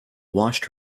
washed